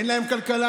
אין להם כלכלה,